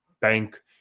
bank